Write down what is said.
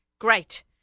great